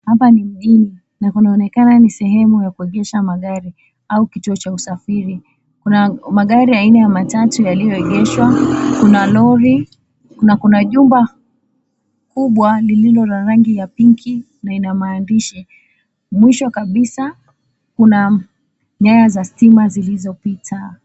Hapa ni mjini na kunaonekana ni sehemu ya kuegesha magari au kituo cha usafiri. Kuna magari aina ya matatu yaliyoegeshwa, kuna lori na kuna jumba kubwa lililo la rangi ya pinki na inamaandishi. Mwisho kabisa kuna nyaya za stima zilizopita.